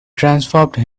transformed